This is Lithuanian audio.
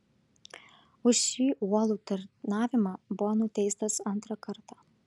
už šį uolų tarnavimą buvo nuteistas antrą kartą